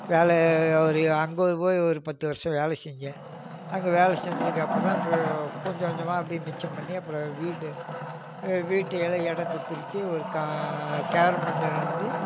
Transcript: வேலை ஒரு அங்கே ஒரு போய் ஒரு பத்து வருஷம் வேலை செஞ்சேன் அங்கே வேலை செஞ்சதுக்கு அப்புறந்தான் அப்படி கொஞ்சம் கொஞ்சமாக அப்படி மிச்சம் பண்ணி அப்புறம் வீடு வீட்டு எடம் எடத்தை பிரித்து ஒரு கார்மெண்ட்டுலேருந்து